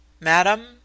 Madam